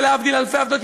ולהבדיל אלפי הבדלות,